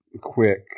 Quick